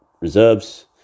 reserves